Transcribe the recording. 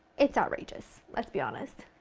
it's outrageous, let's be honest.